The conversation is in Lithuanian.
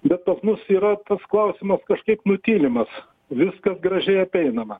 bet pas mus yra tas klausimas kažkaip nutylimas viskas gražiai apeinama